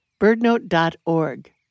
birdnote.org